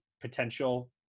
potential